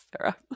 Sarah